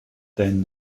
then